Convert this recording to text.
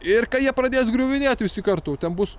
ir kai jie pradės griuvinėt visi kartu ten bus